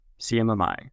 CMMI